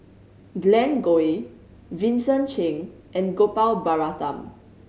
Glen Goei Vincent Cheng and Gopal Baratham